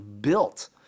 built